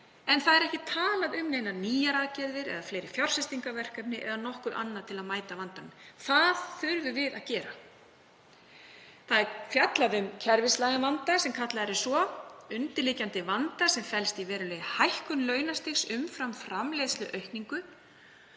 hér en ekki er talað um neinar nýjar aðgerðir eða fleiri fjárfestingarverkefni eða nokkuð annað til að mæta vandanum. Það þurfum við að gera. Það er fjallað um kerfislægan vanda sem kallaður er svo, undirliggjandi vanda sem felst í verulegri hækkun launastigs umfram framleiðsluaukningu.